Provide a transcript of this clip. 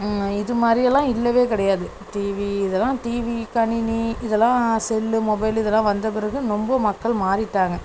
இது மாதிரி எல்லாம் இல்லவே கிடையாது டிவி இதல்லாம் டிவி கணினி இதெல்லாம் செல்லு மொபைலு இதெல்லாம் வந்த பிறகு ரொம்ப மக்கள் மாறிவிட்டாங்க